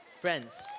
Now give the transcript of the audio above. Friends